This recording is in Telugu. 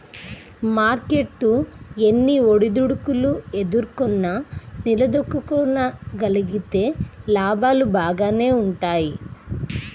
మార్కెట్టు ఎన్ని ఒడిదుడుకులు ఎదుర్కొన్నా నిలదొక్కుకోగలిగితే లాభాలు బాగానే వుంటయ్యి